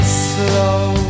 slow